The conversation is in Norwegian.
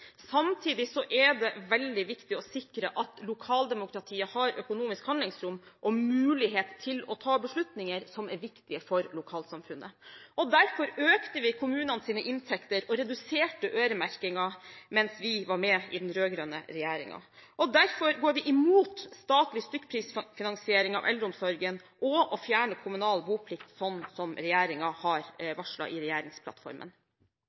er det veldig viktig å sikre at lokaldemokratiet har økonomisk handlingsrom og mulighet til å ta beslutninger som er viktig for lokalsamfunnet. Derfor økte vi kommunenes inntekter og reduserte øremerkingen mens vi var med i den rød-grønne regjeringen. Derfor går vi imot statlig stykkprisfinansiering av eldreomsorgen og å fjerne kommunal boplikt, slik regjeringen har